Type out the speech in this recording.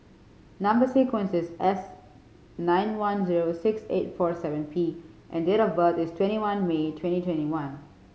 number sequence is S nine one zero six eight four seven P and date of birth is twenty one May twenty twenty one